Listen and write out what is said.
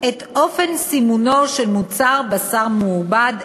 את אופן סימונו של מוצר בשר מעובד,